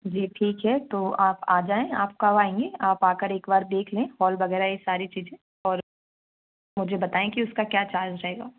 जी ठीक है तो आप आ जाएं आप कब आएंगी आप आकर एक बार देख लें हॉल वगैरह ये सारी चीज़ें और मुझे बताएं कि उसका क्या चार्ज रहेगा